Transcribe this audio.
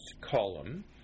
column